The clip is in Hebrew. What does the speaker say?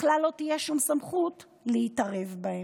בכלל לא תהיה שום סמכות להתערב בהם.